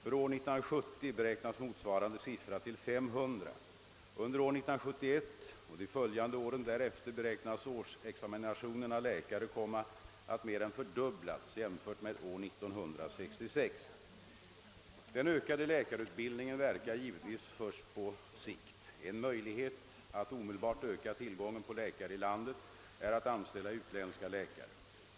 För år 1970 beräknas motsvarande siffra till 500. Under år 1971 och de följande åren därefter beräknas årsexa minationen av läkare komma att mer än fördubblas jämfört med år 1966. Den ökade läkarutbildningen verkar givetvis först på sikt. En möjlighet att omedelbart öka tillgången på läkare i landet är att anställa utländska läkare.